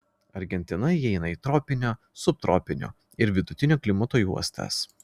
argentina įeina į tropinio subtropinio ir vidutinio klimato juostas